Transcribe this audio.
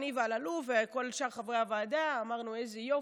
אני ואלאלוף וכל שאר חברי הוועדה אמרנו: איזה יופי.